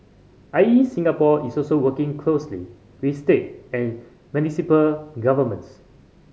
I E Singapore is also working closely with state and municipal governments